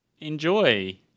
enjoy